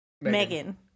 megan